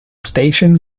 station